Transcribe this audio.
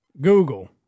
Google